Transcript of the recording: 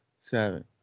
seven